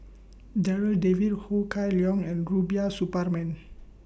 Darryl David Ho Kah Leong and Rubiah Suparman